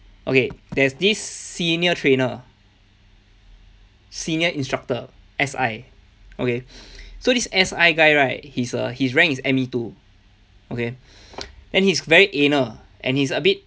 okay there's this senior trainer senior instructor S_I okay so this S_I guy right his uh his rank is M_E two okay and he's very anal and it's a bit